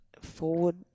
forward –